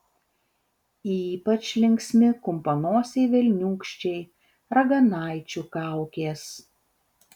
ypač linksmi kumpanosiai velniūkščiai raganaičių kaukės